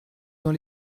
dans